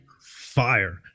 fire